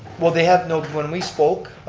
well they have, no, when we spoke,